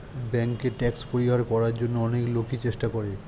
ব্যাংকে ট্যাক্স পরিহার করার জন্য অনেক লোকই চেষ্টা করে